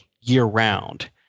year-round